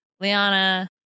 Liana